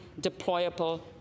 deployable